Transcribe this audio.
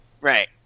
Right